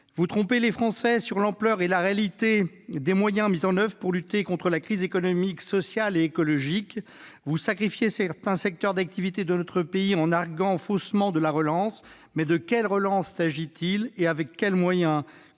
Vous trompez les Français sur l'ampleur et la réalité des moyens mis en oeuvre pour lutter contre la crise économique, sociale et écologique. Vous sacrifiez certains secteurs d'activité de notre pays, en arguant faussement de la relance. Mais de quelle relance s'agit-il ? Et avec quels moyens ?